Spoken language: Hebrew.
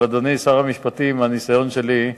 אבל, אדוני שר המשפטים, מהניסיון שלי,